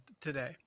today